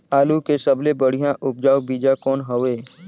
आलू के सबले बढ़िया उपजाऊ बीजा कौन हवय?